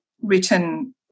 written